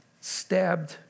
stabbed